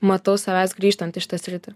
matau savęs grįžtant į šitą sritį